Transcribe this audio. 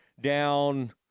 down –